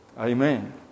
Amen